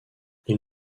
ils